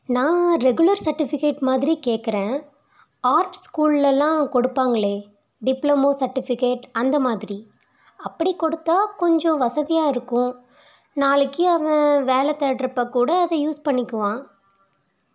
நான் regular certificate மாதிரி கேட்கறேன் ஆர்ட் ஸ்கூலெல்லாம் கொடுப்பாங்களே டிப்ளமோ சர்டிஃபிகேட் அந்த மாதிரி அப்படி கொடுத்தால் கொஞ்சம் வசதியாக இருக்கும் நாளைக்கு அவன் வேலை தேடுறப்பக்கூட அதை யூஸ் பண்ணிக்குவான்